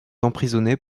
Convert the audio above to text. emprisonnés